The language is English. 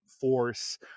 force